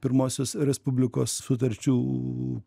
pirmosios respublikos sutarčių